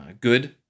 good